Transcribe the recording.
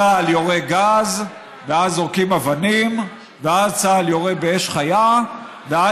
צה"ל יורה גז ואז זורקים אבנים ואז צה"ל יורה באש חיה ואז